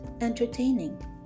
entertaining